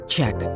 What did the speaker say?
Check